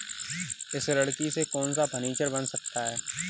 इस लकड़ी से कौन सा फर्नीचर बन सकता है?